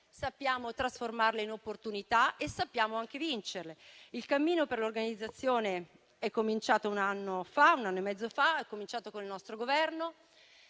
sappiamo trasformarle in opportunità e sappiamo anche vincerle. Il cammino per l'organizzazione è cominciato un anno e mezzo fa, con il nostro Governo,